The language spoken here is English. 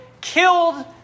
killed